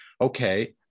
okay